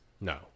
No